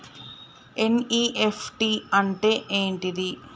NEFT అంటే ఏంటిది?